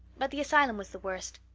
but the asylum was the worst.